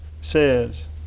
says